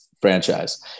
franchise